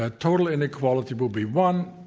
ah total inequality will be one.